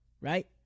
right